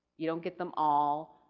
you don't get them all.